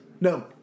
No